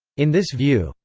in this view,